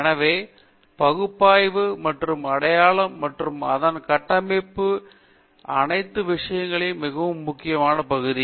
எனவே பகுப்பாய்வு மற்றும் அடையாளம் மற்றும் அதன் கட்டமைப்பு மற்றும் அனைத்து விஷயங்கள் மிகவும் முக்கியமான பகுதி